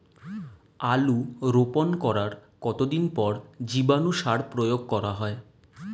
আলু রোপণ করার কতদিন পর জীবাণু সার প্রয়োগ করা হয়?